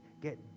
Get